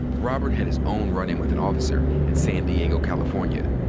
robert had his own run-in with an officer in san diego, california.